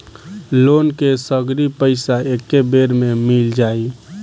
Loan के सगरी पइसा एके बेर में मिल जाई?